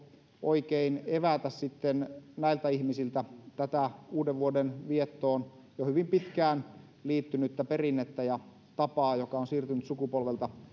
oikein evätä sitten näiltä ihmisiltä tätä uudenvuoden viettoon jo hyvin pitkään liittynyttä perinnettä ja tapaa joka on siirtynyt sukupolvelta